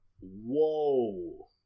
Whoa